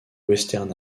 western